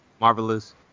Marvelous